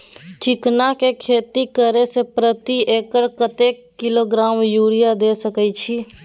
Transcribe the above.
चिकना के खेती करे से प्रति एकर कतेक किलोग्राम यूरिया द सके छी?